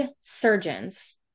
surgeons